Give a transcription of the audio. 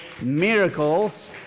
miracles